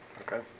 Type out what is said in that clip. Okay